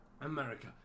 America